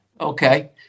okay